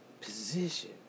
position